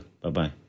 Bye-bye